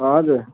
हजुर